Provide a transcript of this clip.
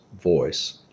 voice